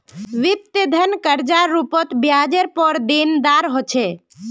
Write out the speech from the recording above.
वित्तीय धन कर्जार रूपत ब्याजरेर पर देनदार ह छे